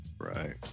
Right